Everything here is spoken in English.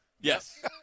Yes